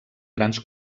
grans